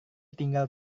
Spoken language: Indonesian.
tinggal